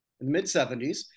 mid-70s